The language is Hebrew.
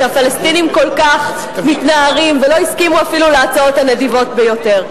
כשהפלסטינים כל כך מתנערים ולא הסכימו אפילו להצעות הנדיבות ביותר.